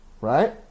right